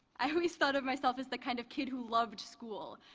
i always thought of myself as the kind of kid who loved school,